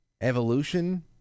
Evolution